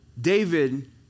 David